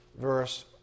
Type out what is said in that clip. verse